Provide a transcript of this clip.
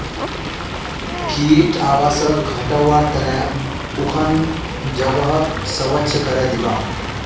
कीट आवासक हटव्वार त न उखन जगहक स्वच्छ करे दीबा